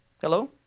Hello